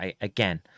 again